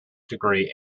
degree